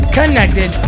connected